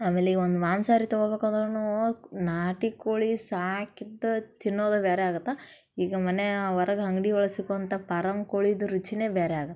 ಆಮೇಲೆ ಈಗ ಒಂದು ಮಾಂಸಾಹಾರಿ ತಗೊಬೇಕಂದ್ರೂ ನಾಟಿ ಕೋಳಿ ಸಾಕಿದ್ದು ತಿನ್ನೋದು ಬೇರೆ ಆಗತ್ತೆ ಈಗ ಮನೆಯ ಹೊರಗ್ ಅಂಗ್ಡಿ ಒಳಗೆ ಸಿಕ್ಕುವಂಥ ಪಾರಮ್ ಕೋಳಿಯದು ರುಚಿಯೇ ಬೇರೆ ಆಗತ್ತೆ